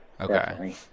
Okay